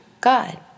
God